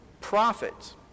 profit